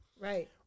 Right